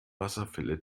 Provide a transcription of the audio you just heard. wasserfälle